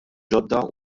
ġodda